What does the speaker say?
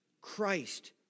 Christ